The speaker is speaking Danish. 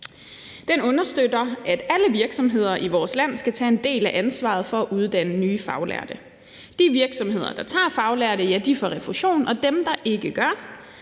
Den understøtter, at alle virksomheder i vores land skal tage en del af ansvaret for at uddanne nye faglærte. De virksomheder, der tager faglærte, får refusion, og dem, der ikke gør,